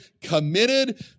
committed